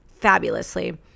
fabulously